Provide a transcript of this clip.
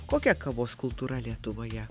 kokia kavos kultūra lietuvoje